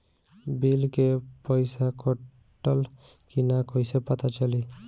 Bill के पइसा कटल कि न कइसे पता चलि?